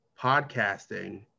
podcasting